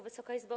Wysoka Izbo!